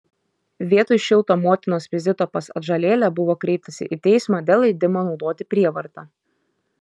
vietoj šilto motinos vizito pas atžalėlę buvo kreiptasi į teismą dėl leidimo naudoti prievartą